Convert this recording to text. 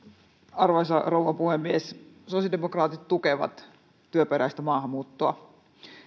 arvoisa rouva puhemies sosiaalidemokraatit tukevat työperäistä maahanmuuttoa